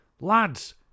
lads